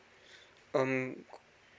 um